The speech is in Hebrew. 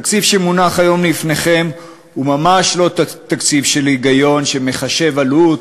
התקציב שמונח היום לפניכם הוא ממש לא תקציב של היגיון שמחשב עלות,